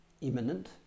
imminent